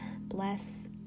bless